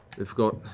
we've got